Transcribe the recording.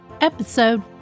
episode